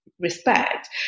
respect